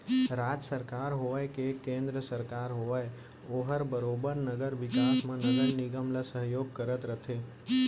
राज सरकार होवय के केन्द्र सरकार होवय ओहर बरोबर नगर बिकास म नगर निगम ल सहयोग करत रथे